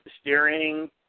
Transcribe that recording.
steering